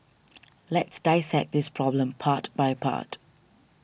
let's dissect this problem part by part